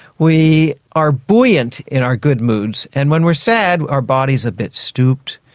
we are buoyant in our good moods, and when we are sad our body is a bit stooped,